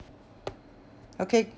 okay